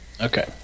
Okay